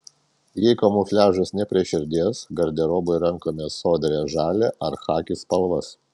jei kamufliažas ne prie širdies garderobui renkamės sodrią žalią ar chaki spalvas